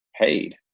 paid